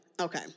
Okay